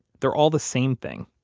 they're all the same thing.